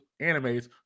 animes